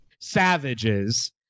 savages